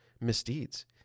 misdeeds